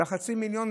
שחצי המיליון,